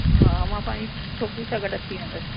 हा मां पंहिंजी छोकिरी सां गॾु अची वेंदसि